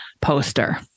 poster